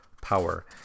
power